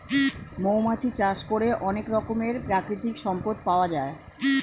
মৌমাছি চাষ করে অনেক রকমের প্রাকৃতিক সম্পদ পাওয়া যায়